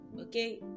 okay